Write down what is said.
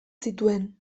zituen